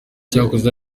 cyakozwe